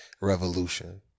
revolution